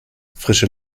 frische